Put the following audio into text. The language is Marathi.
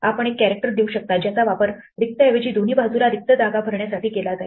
आपण एक कॅरेक्टर देऊ शकता ज्याचा वापर रिक्त ऐवजी दोन्ही बाजूला रिक्त जागा भरण्यासाठी केला जाईल